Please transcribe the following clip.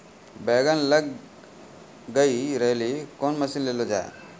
बैंगन लग गई रैली कौन मसीन ले लो जाए?